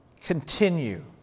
continue